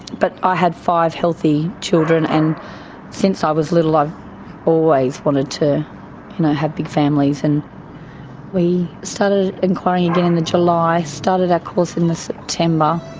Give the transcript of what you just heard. but i had five healthy children, and since i was little i've always wanted to have big families. and we started enquiring again in the july, started our ah course in the september,